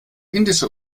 indische